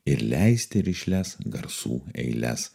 ir leisti rišlias garsų eiles